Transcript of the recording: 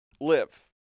Live